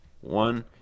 One